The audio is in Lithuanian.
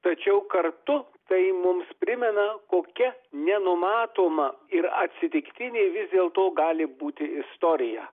tačiau kartu tai mums primena kokia nenumatoma ir atsitiktinė vis dėlto gali būti istorija